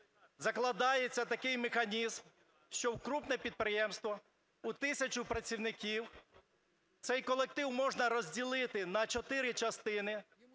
закладається такий механізм, що крупне підприємство, у тисячу працівників, цей колектив можна розділити на чотири частини,